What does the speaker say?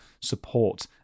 support